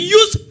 use